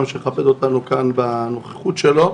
שמכבד אותנו כאן בנוכחות שלו.